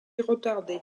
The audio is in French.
retardée